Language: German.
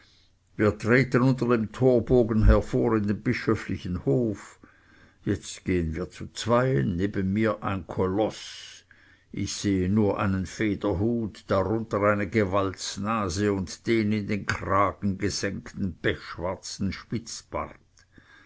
wir treten unter dem torbogen hervor in den bischöflichen hof jetzt gehen wir zu zweien neben mir ein koloß ich sehe nur einen federhut darunter eine gewaltsnase und den in den kragen gesenkten pechschwarzen spitzbart